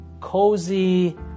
cozy